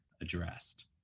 addressed